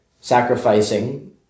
sacrificing